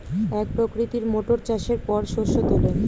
এক প্রকৃতির মোটর চাষের পর শস্য তোলে